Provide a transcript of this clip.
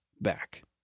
back